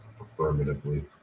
affirmatively